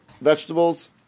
vegetables